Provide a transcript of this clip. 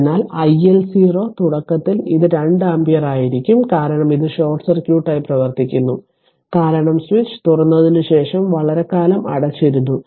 അതിനാൽ i L 0 തുടക്കത്തിൽ ഇത് 2 ആമ്പിയർ ആയിരിക്കും കാരണം ഇത് ഷോർട്ട് സർക്യൂട്ടായി പ്രവർത്തിക്കുന്നു കാരണം സ്വിച്ച് തുറന്നതിനുശേഷം വളരെക്കാലം അടച്ചിരുന്നു